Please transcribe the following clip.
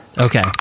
Okay